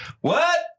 What